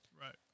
Right